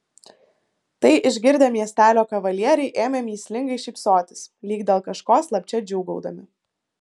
tai išgirdę miestelio kavalieriai ėmė mįslingai šypsotis lyg dėl kažko slapčia džiūgaudami